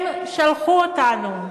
הם שלחו אותנו.